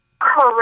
Correct